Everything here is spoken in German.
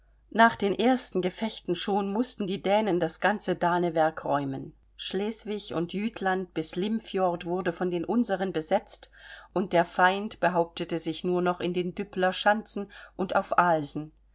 nach den ersten gefechten schon mußten die dänen das ganze danewerk räumen schleswig und jütland bis limfjord wurde von den unseren besetzt und der feind behauptete sich nur noch in den düppeler schanzen und auf alsen